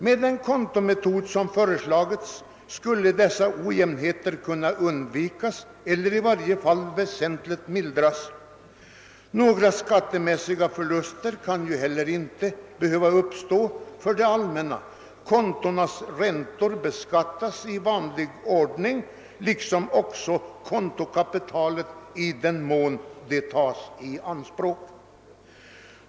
Med den kontometod som föreslagits skulle dessa ojämnheter kunna undvikas eller i varje fall väsentligt mildras. Några skattemässiga förluster kan heller inte behöva uppstå för det allmänna. Kontonas räntor beskattas ju i vanlig ordning, liksom också kontokapitalet i den mån det tas i anspråk.